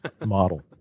model